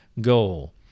goal